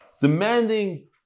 demanding